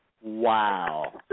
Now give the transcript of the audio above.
Wow